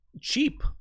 cheap